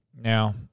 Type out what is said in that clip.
Now